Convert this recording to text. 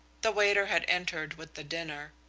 the waiter had entered with the dinner.